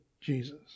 Jesus